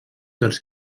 dels